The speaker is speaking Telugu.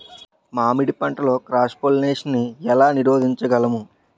మామిడి పంటలో క్రాస్ పోలినేషన్ నీ ఏల నీరోధించగలము?